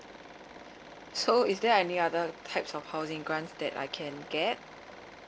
so is there any other types of housing grants that I can get